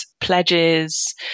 pledges